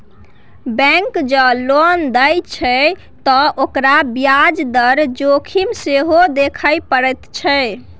bank जँ loan दैत छै त ओकरा ब्याज दर जोखिम सेहो देखय पड़ैत छै